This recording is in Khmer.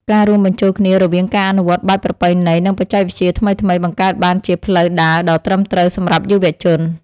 ការរួមបញ្ចូលគ្នារវាងការអនុវត្តបែបប្រពៃណីនិងបច្ចេកវិទ្យាថ្មីៗបង្កើតបានជាផ្លូវដើរដ៏ត្រឹមត្រូវសម្រាប់យុវជន។